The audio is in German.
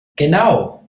genau